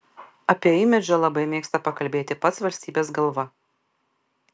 apie imidžą labai mėgsta pakalbėti pats valstybės galva